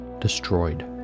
destroyed